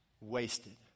wasted